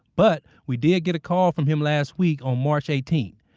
but we did get a call from him last week on march eighteenth.